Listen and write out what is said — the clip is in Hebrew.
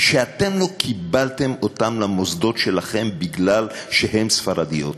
שאתם לא קיבלתם למוסדות שלכם בגלל שהן ספרדיות?